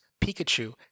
Pikachu